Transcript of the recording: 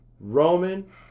Roman